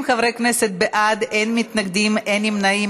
30 חברי כנסת בעד, אין מתנגדים, אין נמנעים.